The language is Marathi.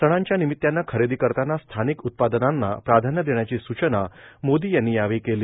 सणांच्या निमितानं खरेदी करताना स्थानिक उत्पादनांना प्राधान्य देण्याची सुचना मोदी यांनी यावेळी केली